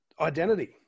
identity